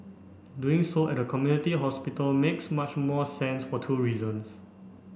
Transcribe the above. doing so at a community hospital makes much more sense for two reasons